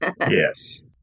Yes